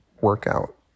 workout